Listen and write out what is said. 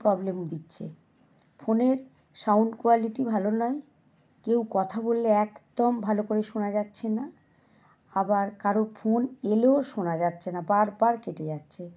problem দিচ্ছে ফোনের sound quality ভালো নয় কেউ কথা বললে একদম ভালো করে শোনা যাচ্ছে না আবার কারোর ফোন এলেও শোনা যাচ্ছে না বারবার কেটে যাচ্ছে